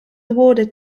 awarded